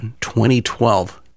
2012